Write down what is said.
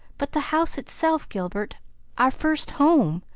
but the house itself, gilbert our first home?